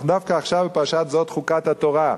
אנחנו דווקא עכשיו בפרשת "זאת חקת התורה".